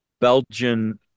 Belgian